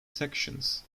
sections